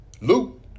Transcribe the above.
Luke